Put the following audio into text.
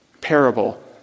parable